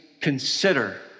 consider